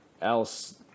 else